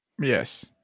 Yes